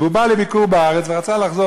והוא בא לביקור בארץ ורצה לחזור,